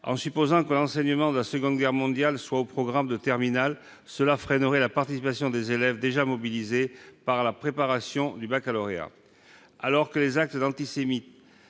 En supposant que l'enseignement de la Seconde Guerre mondiale soit au programme de terminale, cela freinerait la participation des élèves déjà mobilisés par la préparation du baccalauréat. Alors que les actes antisémites